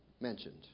mentioned